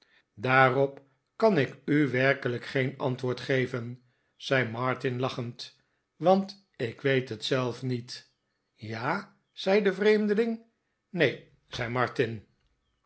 daarop kan ik u werkelijk geen antwoord geven zei martin lachend want ik weet het zelf niet ff ja zei de vreemdeling ff neen zei martin